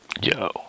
Yo